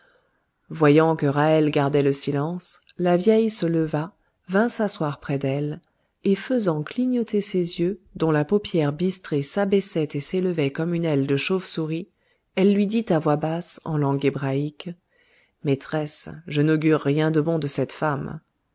voyant que ra'hel gardait le silence la vieille se leva vint s'asseoir près d'elle et faisant clignoter ses yeux dont la paupière bistrée s'abaissait et s'élevait comme une aile de chauve-souris elle lui dit à voix basse et en langue hébraïque maîtresse je n'augure rien de bon de cette femme